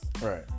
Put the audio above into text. Right